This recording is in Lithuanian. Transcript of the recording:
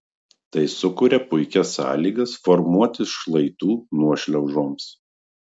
tai sukuria puikias sąlygas formuotis šlaitų nuošliaužoms